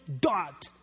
dot